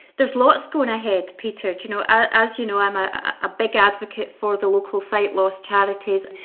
there's lots going ahead, peter, do you know as you know i'm a ah big advocate for the local sight loss charities.